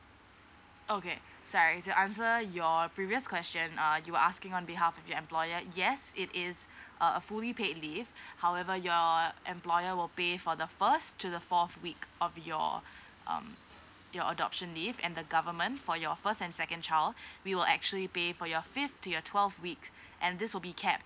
okay sorry to answer your previous question err you asking on behalf of your employer yes it is a a fully paid leave however your employer will pay for the first to the forth week of your um your adoption leave and the government for your first and second child we will actually pay for your fifth to your twelfth week and this would be capped